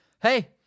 hey